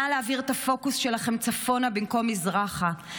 נא להעביר את הפוקוס שלכם צפונה במקום מזרחה.